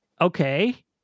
okay